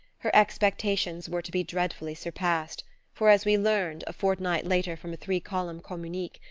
her expectations were to be dreadfully surpassed for, as we learned a fortnight later from a three column communique,